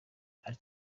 ari